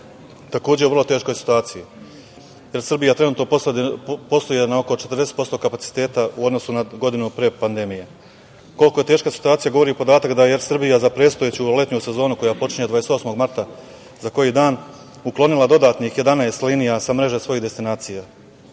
takođe u vrlo teškoj situaciji. „Er Srbija“ trenutno posluje na oko 40% kapaciteta u odnosu na godinu pre pandemije. Koliko je teška situacija govori i podatak da „Er Srbija“ za predstojeću letnju sezonu, koja počinje 28. marta, za koji dan, uklonila dodatnih 11 linija sa mreže svojih destinacija. Ono